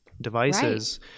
devices